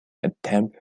attempt